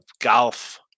golf